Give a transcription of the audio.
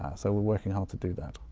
ah so we're working hard to do that.